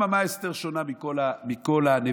במה אסתר שונה מכל הנביאים?